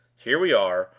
here we are,